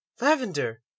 Lavender